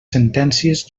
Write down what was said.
sentències